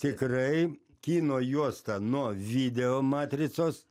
tikrai kino juosta nuo video matricos